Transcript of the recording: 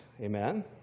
Amen